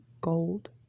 gold